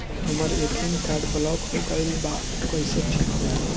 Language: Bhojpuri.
हमर ए.टी.एम कार्ड ब्लॉक हो गईल बा ऊ कईसे ठिक होई?